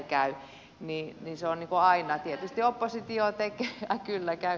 se on niin kuin aina tietysti oppositio tekee